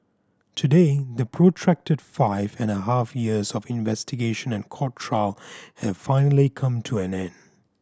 today the protracted five and a half years of investigation and court trial have finally come to an end